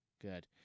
Good